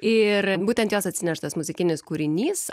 ir būtent jos atsineštas muzikinis kūrinys